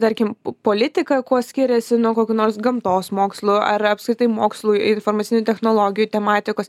tarkim p politika kuo skiriasi nuo kokių nors gamtos mokslų ar apskritai mokslui informacinių technologijų tematikos